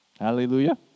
Hallelujah